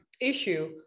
issue